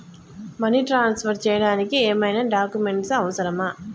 Money transfer చేయడానికి ఏమైనా documents అవసరమా?